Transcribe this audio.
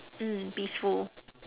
mm peaceful